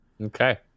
Okay